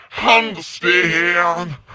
understand